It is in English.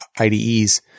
IDEs